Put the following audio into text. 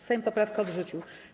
Sejm poprawkę odrzucił.